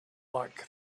like